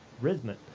rhythm